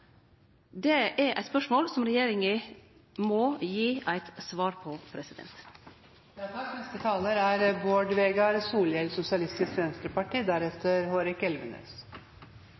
Det er eit spørsmål som regjeringa må gi eit svar på.